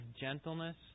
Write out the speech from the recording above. gentleness